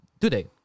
today